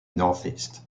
northeast